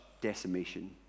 decimation